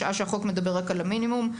בשעה שהחוק מדבר רק על המינימום.